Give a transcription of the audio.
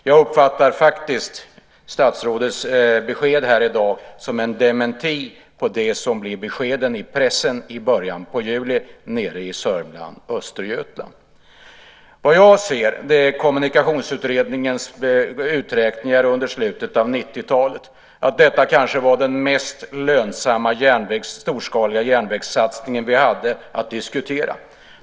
Jag uppfattar faktiskt statsrådets besked här i dag som en dementi på beskeden i pressen i Södermanland och Östergötland i början av juli. Kommunikationsutredningens uträkningar under slutet av 90-talet visade att detta kanske var den mest lönsamma storskaliga järnvägssatsningen som vi hade att diskutera.